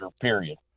period